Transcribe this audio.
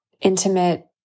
intimate